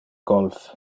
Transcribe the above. golf